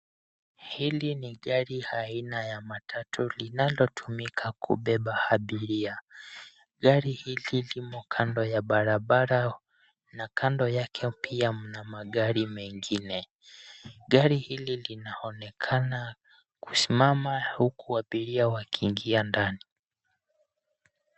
Hili ni gari aina ya matatu linalotumika kubeba abiria. Gari hili limo kando ya barabara na kando yake pia mna magari mengine. Gari hili linaonekana kusimama huku abiria wakiingia ndani.